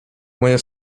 moje